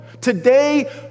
today